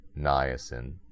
niacin